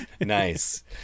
nice